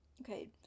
Okay